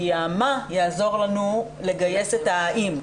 כי המה יעזור לנו לגייס את האם.